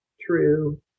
true